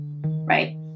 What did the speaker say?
right